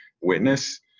witness